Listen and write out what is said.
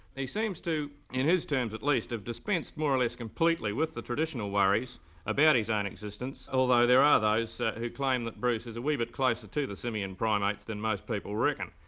seems to, in his terms at least, have dispensed more or less completely with the traditional worries about his own existence, although there are those who claim that bruce is a wee bit closer to the simian primates than most people reckon.